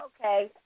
Okay